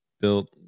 built